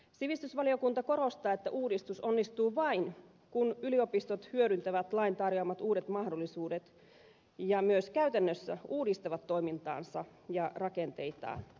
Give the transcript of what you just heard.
sivistysvaliokunta korostaa että uudistus onnistuu vain kun yliopistot hyödyntävät lain tarjoamat uudet mahdollisuudet ja myös käytännössä uudistavat toimintaansa ja rakenteitaan